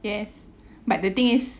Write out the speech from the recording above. yes but the thing is